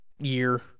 year